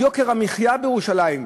על יוקר המחיה בירושלים,